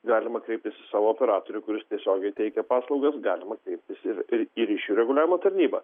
galima kreiptis į savo operatorių kuris tiesiogiai teikia paslaugas galima kreiptis ir į ryšių reguliavimo tarnybą